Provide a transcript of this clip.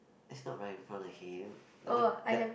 that's not right in front of him the one at